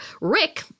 Rick